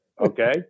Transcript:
Okay